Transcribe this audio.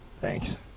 Thanks